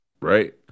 right